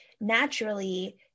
naturally